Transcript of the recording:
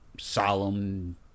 solemn